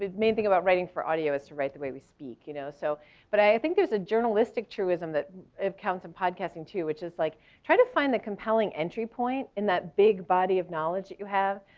main thing about writing for audio is to write the way we speak. you know so but i think there's a journalistic truism that counts in podcasting, too, which is like try to find the compelling entry point in that big body of knowledge that you have.